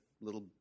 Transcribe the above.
little